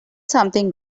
something